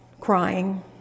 crying